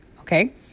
Okay